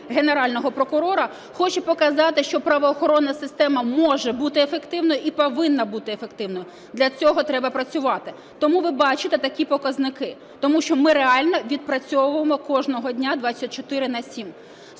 Генерального прокурора, хоче показати, що правоохоронна система може бути ефективною і повинна бути ефективною, для цього треба працювати. Тому ви бачите такі показники, тому що ми реально відпрацьовуємо кожного дня 24 на 7.